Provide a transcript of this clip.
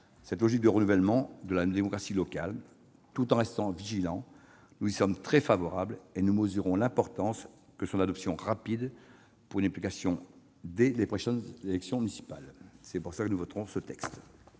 cette logique de renouvellement de la démocratie locale. Tout en restant vigilants, nous y sommes très favorables et mesurons l'importance de son adoption rapide pour une application dès les prochaines élections municipales. C'est la raison pour laquelle nous voterons ce texte.